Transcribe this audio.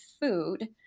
food